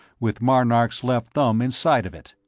with marnark's left thumb inside of it,